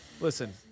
Listen